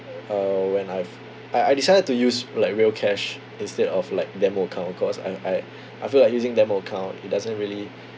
uh when I f~ I I decided to use like real cash instead of like demo account cause I I I feel like using demo account it doesn't really